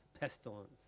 pestilence